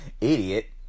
idiot